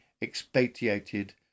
expatiated